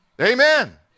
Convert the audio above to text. Amen